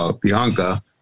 Bianca